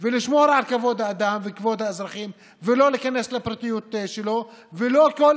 ולשמור על כבוד האדם וכבוד האזרחים ולא להיכנס לפרטיות שלהם,